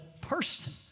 person